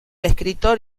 escritor